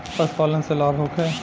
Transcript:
पशु पालन से लाभ होखे?